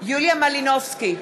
יוליה מלינובסקי,